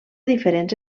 diferents